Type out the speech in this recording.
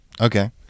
Okay